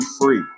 free